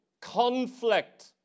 conflict